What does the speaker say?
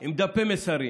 עם דפי מסרים